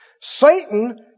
Satan